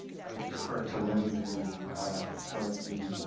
i would defer to lindsay as far as the